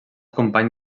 company